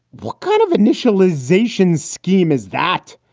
what kind of initialization scheme is that?